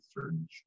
certain